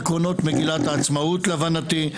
בעקרונות מגילת העצמאות להבנתי,